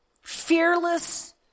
fearless